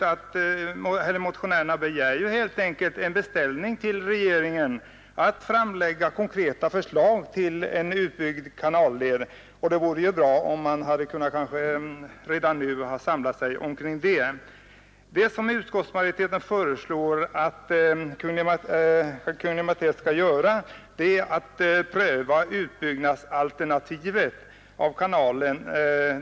Motionärerna begär helt enkelt en beställning hos regeringen av konkreta förslag till en utbyggd kanalled. Det vore ju bra om man redan nu hade kunnat samla sig omkring detta förslag. Utskottsmajoriteten föreslår att Kungl. Maj:t skall pröva alternativet med utbyggnad av kanalen.